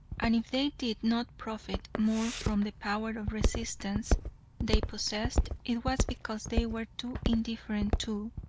and if they did not profit more from the power of resistance they possessed, it was because they were too indifferent to,